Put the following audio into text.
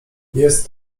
jest